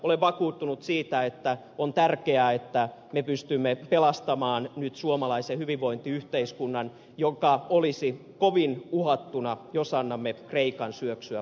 olen vakuuttunut siitä että on tärkeää että me pystymme pelastamaan nyt suomalaisen hyvinvointiyhteiskunnan joka olisi kovin uhattuna jos annamme kreikan syöksyä konkurssiin